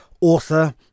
author